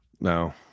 No